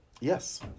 Yes